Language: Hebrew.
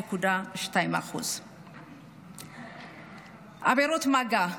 2.2%. עבירות מגע,